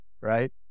right